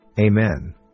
Amen